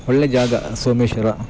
ಒಳ್ಳೆಯ ಜಾಗ ಸೋಮೇಶ್ವರ